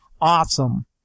Awesome